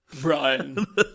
Brian